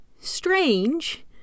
strange